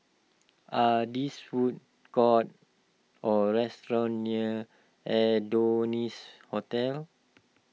are this food courts or restaurants near Adonis Hotel